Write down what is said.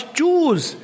choose